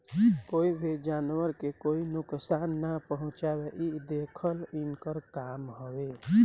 कोई भी जानवर के कोई नुकसान ना पहुँचावे इ देखल इनकर काम हवे